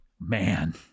Man